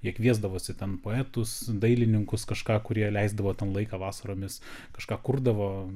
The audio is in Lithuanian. jie kviesdavosi ten poetus dailininkus kažką kurie leisdavo ten laiką vasaromis kažką kurdavo